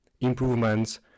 improvements